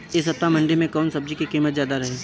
एह सप्ताह मंडी में कउन सब्जी के कीमत ज्यादा रहे?